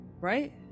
Right